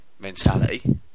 mentality